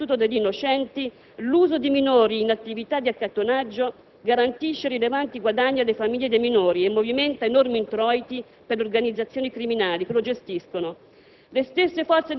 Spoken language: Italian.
elaborati dall'Istituto degli innocenti, l'uso di minori in attività di accattonaggio «garantisce rilevanti guadagni alle famiglie dei minori e movimenta enormi introiti per le organizzazioni criminali che lo gestiscono».